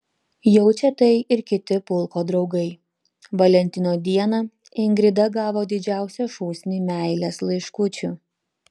jaučia tai ir kiti pulko draugai valentino dieną ingrida gavo didžiausią šūsnį meilės laiškučių